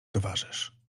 towarzysz